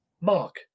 Mark